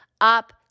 Up